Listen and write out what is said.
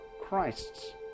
Christ's